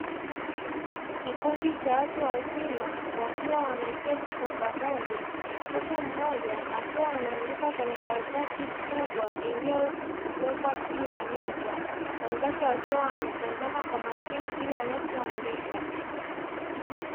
Kikundi cha watu wazima wakiwa wameketi kwa pamoja, huku mmoja akiwa anaandika kwenye karatasi kubwa iliyowekwa juu ya meza, wenzake wakiwa wanatazama kwa makini kile anachoandika.